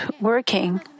working